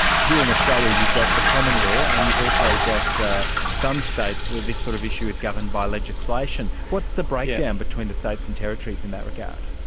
here in australia you've got the common law, and you've also got some states where this sort of issue is governed by legislation. what's the breakdown between the states and territories in that regard?